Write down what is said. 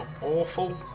awful